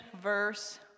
verse